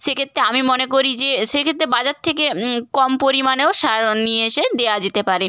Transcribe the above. সেক্ষেত্রে আমি মনে করি যে সেক্ষেত্রে বাজার থেকে কম পরিমাণেও সার নিয়ে এসে দেওয়া যেতে পারে